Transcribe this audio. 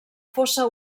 fossa